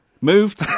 Moved